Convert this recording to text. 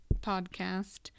podcast